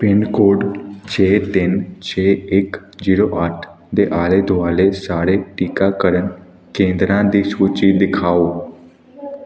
pin code ਛੇ ਤਿੰਨ ਛੇ ਇੱਕ ਜੀਰੋ ਅੱਠ ਦੇ ਆਲੇ ਦੁਆਲੇ ਸਾਰੇ ਟੀਕਾਕਰਨ ਕੇਂਦਰਾਂ ਦੀ ਸੂਚੀ ਦਿਖਾਓ